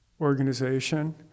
organization